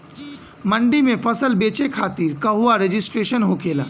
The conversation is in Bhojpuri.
मंडी में फसल बेचे खातिर कहवा रजिस्ट्रेशन होखेला?